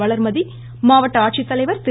வளர்மதி மாவட்ட ஆட்சித்தலைவர் திரு